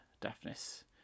Daphnis